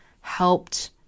helped